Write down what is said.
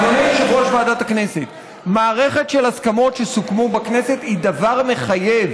אדוני, למערכת ההסכמות שעליה סוכם בכנסת, זה הכול.